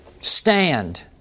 stand